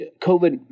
COVID